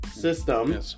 system